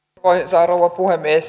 arvoisa rouva puhemies